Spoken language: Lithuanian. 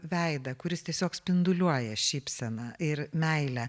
veidą kuris tiesiog spinduliuoja šypsena ir meile